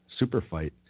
Superfight